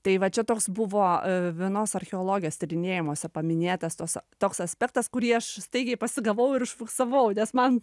tai va čia toks buvo vienos archeologės tyrinėjimuose paminėtas tos toks aspektas kurį aš staigiai pasigavau ir užfiksavau nes man